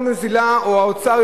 או האוצר,